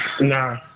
Nah